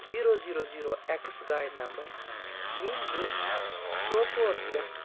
zero zero zero X گاڑِ number ییٚمۍ بہٕ سوپور پٮ۪ٹھ